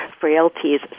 frailties